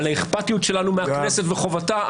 על האכפתיות שלנו מהכנסת וחובתה.